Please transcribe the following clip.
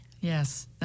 Yes